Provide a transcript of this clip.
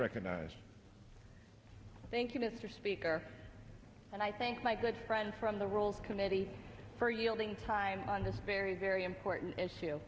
recognize thank you mr speaker and i thank my good friend from the rolls committee for yielding time on this very very important issue